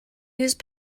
use